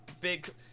big